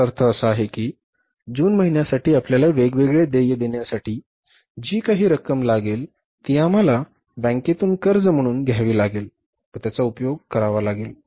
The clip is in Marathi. त्याचा अर्थ असा आहे की जून महिन्यासाठी आपल्याला वेगवेगळे देय देण्यासाठी जी काही रक्कम लागेल ती आम्हाला बँकेतून कर्ज म्हणून घ्यावी लागेल व त्याचा उपयोग करावा लागेल